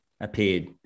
appeared